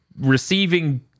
receiving